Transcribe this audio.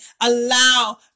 allow